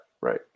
Right